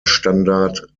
standard